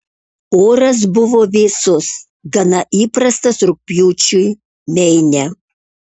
oras buvo vėsus gana įprastas rugpjūčiui meine